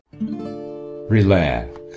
Relax